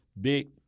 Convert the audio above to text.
big